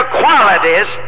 qualities